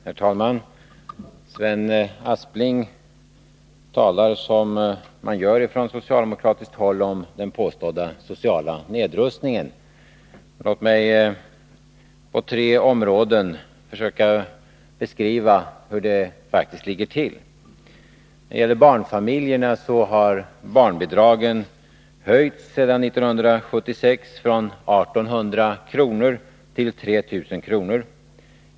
Herr talman! Sven Aspling talar — som man gör från socialdemokratiskt håll — om en påstådd social nedrustning. Låt mig på tre områden försöka beskriva hur det faktiskt ligger till. När det gäller barnfamiljerna vill jag säga att barnbidraget sedan 1976 höjts från 1 800 kr. till 3 000 kr.